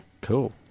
Cool